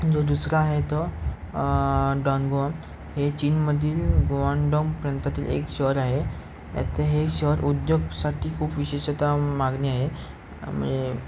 जो दुसरा आहे तो डॉनगोम हे चीनमधील गोवंडोग प्रांतातील एक शहर आहे याचं हे शहर उद्योगसाठी खूप विशेषत मागणी आहे म्हणजे